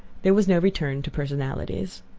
there was no return to personalities.